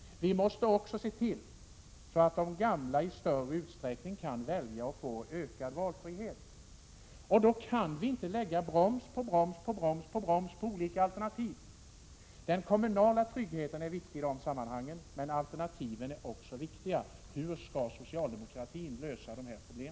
Vi måste se till att de gamla i större utsträckning kan välja och få ökad valfrihet. Då får vi inte lägga broms på broms för olika alternativ. Den kommunala tryggheten är viktig i dessa sammanhang, men alternativen är också viktiga. Hur skall socialdemokratin lösa dessa problem?